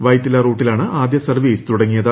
വൈറ്റില റൂട്ടിലാണ് ആദ്യസർവ്വീസ് തുടങ്ങിയത്